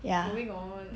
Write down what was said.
ya